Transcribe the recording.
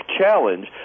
Challenge